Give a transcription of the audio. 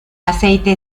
aceite